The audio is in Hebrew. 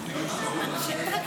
היושב-ראש.